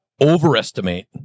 overestimate